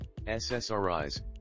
SSRIs